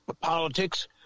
politics